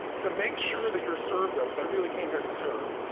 to make sure that you're served though, cause i really came here to serve,